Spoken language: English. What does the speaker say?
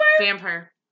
Vampire